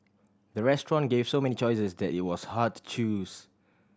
the restaurant gave so many choices that it was hard to choose